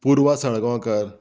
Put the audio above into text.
Purva Salgaonkar